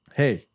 hey